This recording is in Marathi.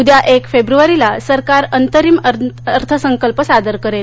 उद्या एक फेब्र्वारीला सरकार अंतरिम अर्थसंकल्प सादर करेल